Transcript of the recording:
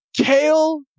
Kale